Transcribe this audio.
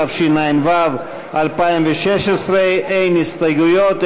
התשע"ו 2016. אין הסתייגות,